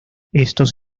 estos